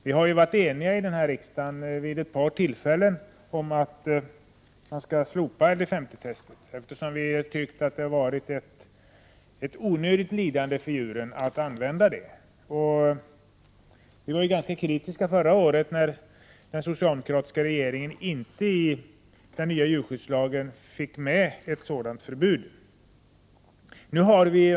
Vid ett par tillfällen har riksdagen varit enig om att man skall slopa LDS50-tester, eftersom man har tyckt att användningen av dem har medfört ett onödigt lidande för djuren. Förra året var vi ganska kritiska när den socialdemokratiska regeringen inte fick med ett sådant förbud i den nya djurskyddslagen.